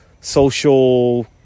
social